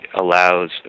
allows